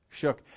shook